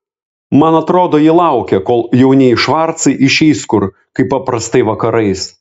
man atrodo ji laukia kol jaunieji švarcai išeis kur kaip paprastai vakarais